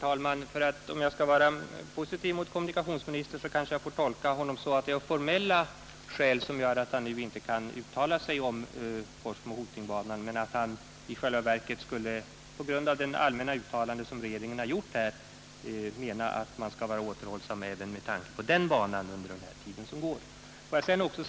Herr talman! Om jag skall vara positiv mot kommunikationsministern kanske jag kan tolka honom så, att det är formella skäl som gör att han nu inte kan uttala sig om Forsmo Hoting-banan men att han i själva verket — på grund av det allmänna uttalande som regeringen har gjort här - skulle mena att man skall vara återhållsam även beträffande den banan till dess den regionala trafikplaneringen är klar.